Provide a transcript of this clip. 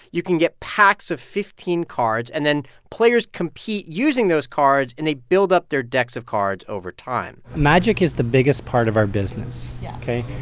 you can get packs of fifteen cards. and then players compete, using those cards, and they build up their decks of cards over time magic is the biggest part of our business yeah ok.